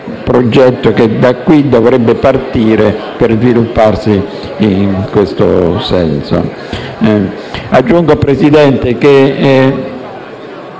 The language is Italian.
che da qui dovrebbe partire, per svilupparsi in questo senso. Signor Presidente,